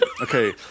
Okay